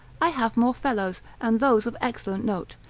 i have more fellows, and those of excellent note.